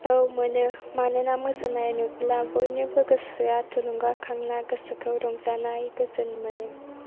औ मोनो मानोना मोसानाय नुब्ला बयनिबो गोसोआ थुलुंगा खांना गोसोखौ रंजानाय गोजोन मोनो